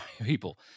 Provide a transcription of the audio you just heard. people